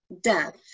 death